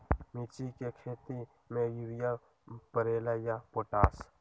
मिर्ची के खेती में यूरिया परेला या पोटाश?